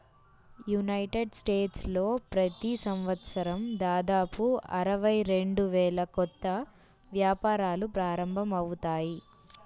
United స్టేట్స్లో ప్రతి సంవత్సరం దాదాపు అరవై రెండు వేల కొత్త వ్యాపారాలు ప్రారంభమవుతాయి